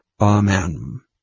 Amen